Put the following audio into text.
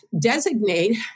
designate